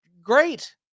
great